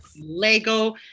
lego